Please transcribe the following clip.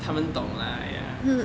他们懂 lah !aiya!